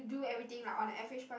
do everything like on a average price